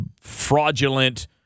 fraudulent